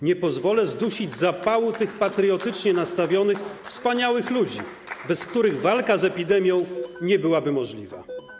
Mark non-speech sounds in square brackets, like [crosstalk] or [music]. Nie pozwolę zdusić zapału tych [applause] patriotyczne nastawionych wspaniałych ludzi, bez których walka z epidemią [noise] nie byłaby możliwa.